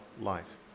life